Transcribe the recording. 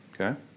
Okay